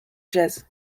jazz